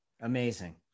Amazing